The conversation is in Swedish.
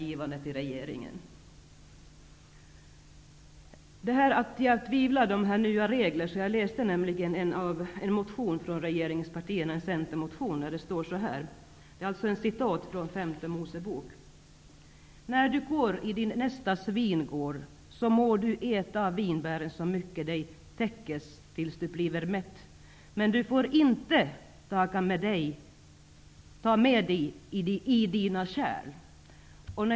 Att jag tvivlar på om det är nya regler beror på att jag läste en motion från regeringspartierna, en centermotion, där femte Moseboken citeras: När du går i din nästas vingård må du äta vinbären så mycket dig täckes tills du bliver mätt, men du får inte taga med dig i dina kärl.